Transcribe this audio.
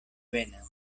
venas